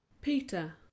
peter